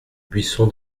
buisson